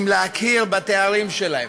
אם להכיר בתארים שלהם.